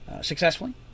successfully